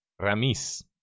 Ramis